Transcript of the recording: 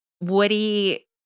Woody